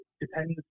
depends